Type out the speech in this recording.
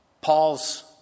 Paul's